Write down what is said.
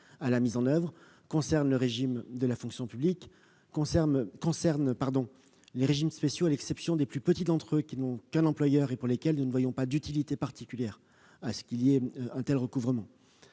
; il concerne également le régime de la fonction publique et les régimes spéciaux, à l'exception des plus petits d'entre eux, qui n'ont qu'un employeur, pour lesquels nous ne voyons pas d'utilité particulière à procéder à un tel regroupement.